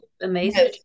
amazing